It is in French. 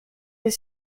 des